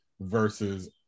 versus